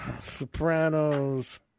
Sopranos